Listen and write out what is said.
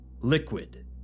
liquid